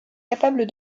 capable